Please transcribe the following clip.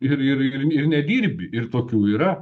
ir ir ir nedirbi ir tokių yra